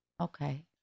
Okay